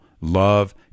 love